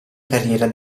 carriera